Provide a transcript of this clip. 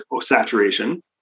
saturation